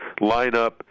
lineup